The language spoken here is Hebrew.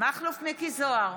מכלוף מיקי זוהר,